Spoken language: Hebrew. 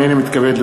הנני מתכבד,